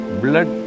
blood